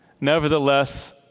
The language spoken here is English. nevertheless